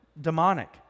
demonic